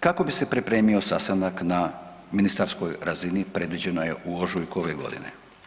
kako bi se pripremio sastanak na ministarskoj razini predviđenoj u ožujku ove godine.